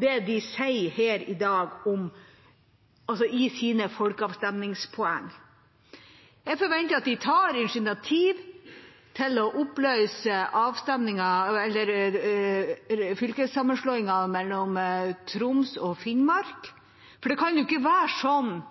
det de sier her i dag om folkeavstemning. Jeg forventer at de tar initiativ til å oppløse fylkessammenslåingen av Troms og Finnmark. Det kan ikke være slik